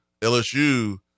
LSU